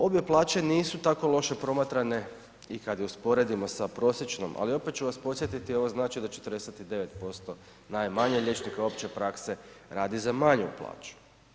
Obje plaće nisu tako loše promatrane i kad je usporedimo sa prosječnom ali opet ću vas podsjetiti, ovo znači da 49% najmanje liječnika opće prakse radi za manju plaću.